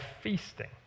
feasting